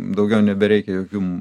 daugiau nebereikia jokių